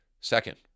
Second